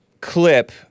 clip